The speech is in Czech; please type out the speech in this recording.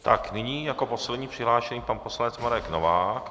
Tak nyní je jako poslední přihlášený pan poslanec Marek Novák.